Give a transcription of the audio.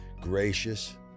gracious